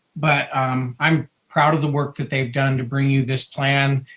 but i'm proud of the work that they've done to bring you this plan.